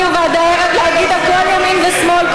יכול מהבוקר ועד הערב להגיד, הכול ימין ושמאל.